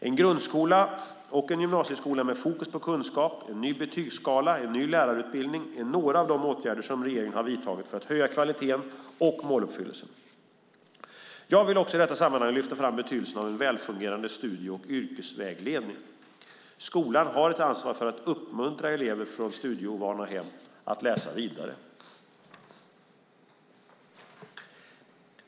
En grundskola och en gymnasieskola med fokus på kunskap, en ny betygsskala och en ny lärarutbildning är några av de åtgärder som regeringen har vidtagit för att höja kvaliteten och måluppfyllelsen. Jag vill också i detta sammanhang lyfta fram betydelsen av en välfungerande studie och yrkesvägledning. Skolan har ett ansvar för att uppmuntra elever från studieovana hem att läsa vidare.